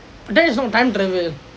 that is not time travel